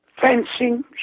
fencing